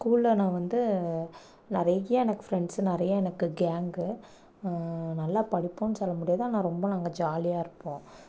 ஸ்கூல்ல நான் வந்து நிறைய எனக்கு ஃப்ரெண்ட்ஸு நிறைய எனக்கு கேங்கு நல்லா படிப்போம்னு சொல்ல முடியாது ஆனால் ரொம்ப நாங்கள் ஜாலியாக இருப்போம்